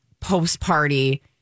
post-party